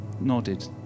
nodded